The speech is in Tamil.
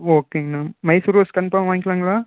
ஓகேங்கண்ணா மைசூர் ரோஸ் கன்பார்ம் வாங்கிக்கலாம்ங்களா